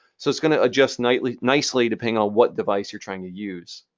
so it's going to adjust nicely nicely depending on what device you're trying to use.